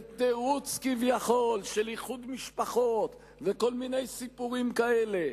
בתירוץ כביכול של איחוד משפחות וכל מיני סיפורים כאלה,